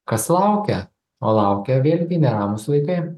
kas laukia o laukia vėlgi neramūs vaikai